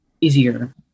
easier